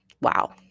Wow